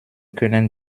können